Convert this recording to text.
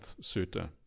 sutta